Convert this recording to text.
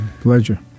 pleasure